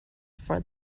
for